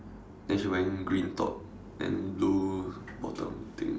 then she wearing green top then blue bottom I think